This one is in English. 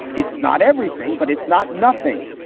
it's not everything. but it's not nothing.